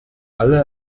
alle